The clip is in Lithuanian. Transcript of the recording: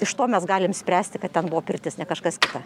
iš to mes galim spręsti kad ten buvo pirtis ne kažkas kita